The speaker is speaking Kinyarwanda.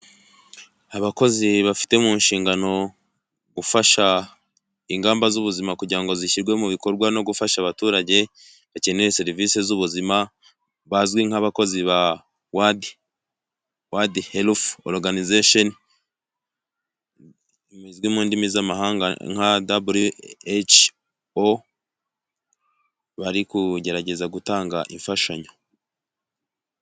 Abakozi bafite munshingano gufasha ingamba z'ubuzima kugira ngo zishyirwe mu bikorwa no gufasha abaturage bakeneye serivisi z'ubuzima bazwi nk'abakozi ba wadi herifu oruganizesheni bazwi mu ndimi z'amahanga nka daburiyu eci o, bari kugerageza gutanga imfashanyo.